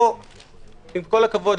עם כל הכבוד,